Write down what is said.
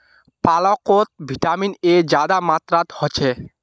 पालकोत vitamin A ज्यादा मात्रात होछे